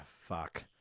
Fuck